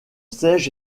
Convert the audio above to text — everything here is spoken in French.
siège